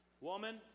Woman